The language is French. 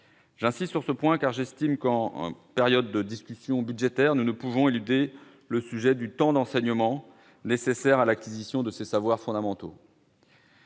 J'insiste sur ce point, car j'estime que nous ne pouvons, en période de discussion budgétaire, éluder le sujet du temps d'enseignement nécessaire à l'acquisition de ces savoirs fondamentaux.